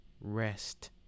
rest